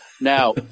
Now